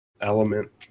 element